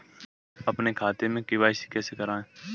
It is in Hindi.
अपने खाते में के.वाई.सी कैसे कराएँ?